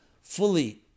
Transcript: fully